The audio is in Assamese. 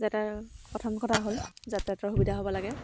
যাতে প্ৰথম কথা হ'ল যাতায়তৰ সুবিধা হ'ব লাগে